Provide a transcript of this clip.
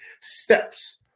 steps